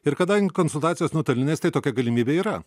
ir kadangi konsultacijos nuotolinės tai tokia galimybė yra